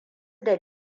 da